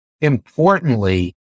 Importantly